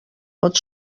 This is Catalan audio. pot